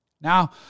Now